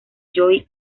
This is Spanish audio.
joy